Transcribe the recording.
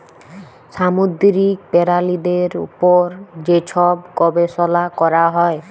সামুদ্দিরিক পেরালিদের উপর যে ছব গবেষলা ক্যরা হ্যয়